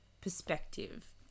perspective